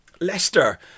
Leicester